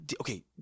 Okay